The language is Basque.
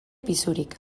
pisurik